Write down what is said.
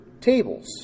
tables